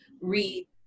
read